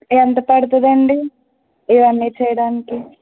ఎంత పడుతుంది అండి ఇవి అన్నీ చేయడానికి